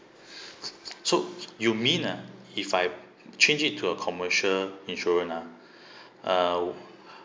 so you mean ah if I change it to a commercial insurance ah uh